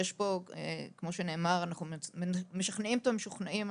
כמו שנאמר, אנחנו משכנעים את המשוכנעים.